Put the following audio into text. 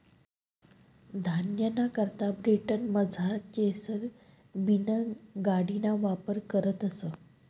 धान्यना करता ब्रिटनमझार चेसर बीन गाडिना वापर करतस